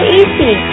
easy